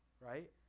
right